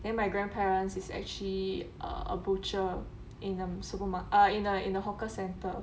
then my grandparents is actually a butcher in a supermar~ uh in a in a hawker centre